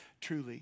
truly